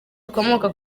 rikomoka